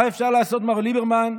מה אפשר לעשות, מר ליברמן,